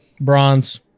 bronze